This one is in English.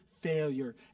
failure